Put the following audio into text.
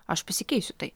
aš pasikeisiu tai